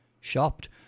Shopped